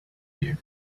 you